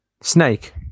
Snake